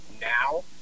now